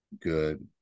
good